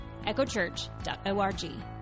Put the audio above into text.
echochurch.org